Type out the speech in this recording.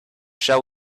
shall